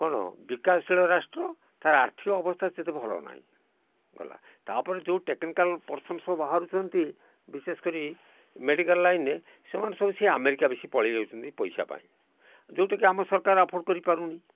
କ'ଣ ବିକାଶଶୀଳ ରାଷ୍ଟ୍ର ତା'ର ଆର୍ଥିକ ଅବସ୍ଥା ସେତେ ଭଲ ନାହିଁ ଗଲା ତା'ପରେ ଯେଉଁ ଟେକ୍ନିକାଲ ପରସନ୍ ସବୁ ବାହାରୁଛନ୍ତି ବିଶେଷ କରି ମେଡିକାଲ ଲାଇନରେ ସେମାନେ ସବୁ ସେ ଆମେରିକା ବେଶି ପଳେଇ ଯାଉଛନ୍ତି ପଇସା ପାଇଁ ଯେଉଁଟା କି ଆମ ସରକାର ଆଫୋର୍ଡ କରିପାରୁନି